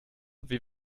wie